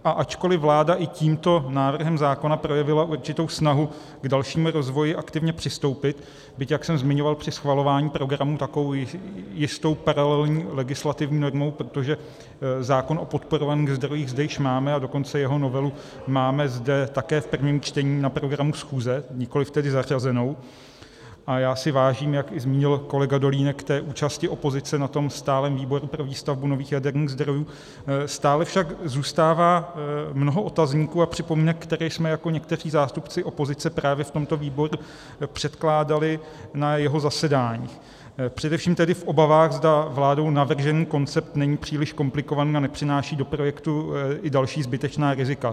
A ačkoli vláda i tímto návrhem zákona projevila určitou snahu k dalšímu rozvoji aktivně přistoupit, byť, jak jsem zmiňoval při schvalování programu, takovou jistou paralelní legislativní normou, protože zákon o podporovaných zdrojích zde již máme, a dokonce jeho novelu máme zde také v prvním čtení na programu schůze, nikoliv tedy zařazenou, a já si vážím, jak i zmínil kolega Dolínek, účasti opozice na tom stálém výboru pro výstavbu nových jaderných zdrojů, stále však zůstává mnoho otazníků a připomínek, které jsme jako někteří zástupci opozice právě v tomto výboru předkládali na jeho zasedání, především tedy v obavách, zda vládou navržený koncept není příliš komplikovaný a nepřináší do projektu i další zbytečná rizika.